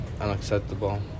unacceptable